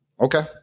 Okay